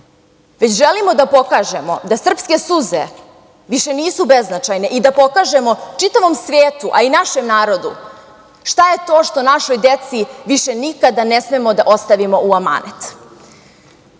već želimo da pokažemo da srpske suze više nisu beznačajne i da pokažemo čitavom svetu, a i našem narodu, šta je to što našoj deci više nikada ne smemo da ostavimo u amanet. Mi